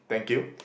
thank you